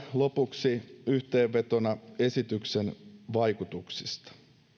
lopuksi vielä yhteenveto esityksen vaikutuksista